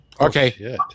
okay